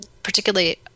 particularly